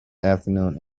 afternoon